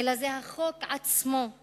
אלא החוק עצמו הוא